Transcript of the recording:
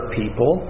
people